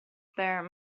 there